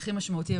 הכי משמעותי.